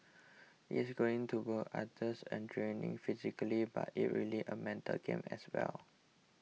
it's going to go arduous and draining physically but it really a mental game as well